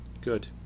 Good